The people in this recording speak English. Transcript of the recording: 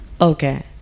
Okay